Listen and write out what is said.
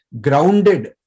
grounded